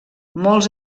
molts